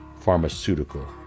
pharmaceutical